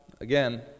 again